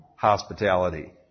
Hospitality